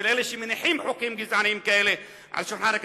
של אלה שמניחים חוקים גזעניים כאלה על שולחן הכנסת,